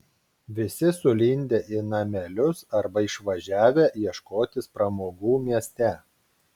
visi sulindę į namelius arba išvažiavę ieškotis pramogų mieste